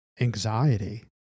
anxiety